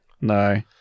no